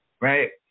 right